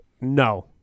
no